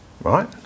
right